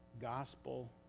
gospel